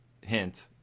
hint